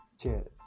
Cheers